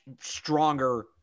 stronger